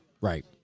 Right